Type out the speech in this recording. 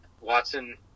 Watson